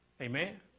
Amen